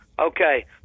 Okay